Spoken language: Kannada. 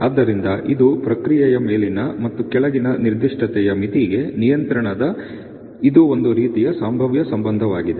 ಆದ್ದರಿಂದ ಇದು ಪ್ರಕ್ರಿಯೆಯ ಮೇಲಿನ ಮತ್ತು ಕೆಳಗಿನ ನಿರ್ದಿಷ್ಟತೆಯ ಮಿತಿಗೆ ನಿಯಂತ್ರಣದ ಇದು ಒಂದು ರೀತಿಯ ಸಂಭಾವ್ಯ ಸಂಬಂಧವಾಗಿದೆ